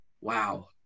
Wow